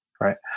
right